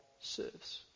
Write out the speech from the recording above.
serves